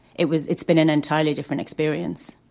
it was it's been an entirely different experience